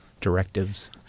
Directives